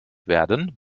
werden